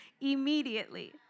Immediately